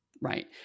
Right